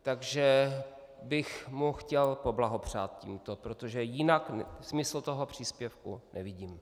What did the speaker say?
Takže bych mu chtěl tímto poblahopřát, protože jinak smysl toho příspěvku nevidím.